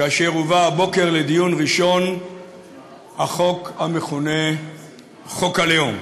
כאשר הובא הבוקר לדיון ראשון החוק המכונה "חוק הלאום".